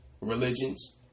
religions